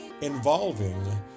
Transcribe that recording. Involving